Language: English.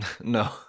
No